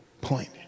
point